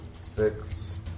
Six